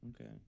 Okay